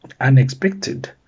Unexpected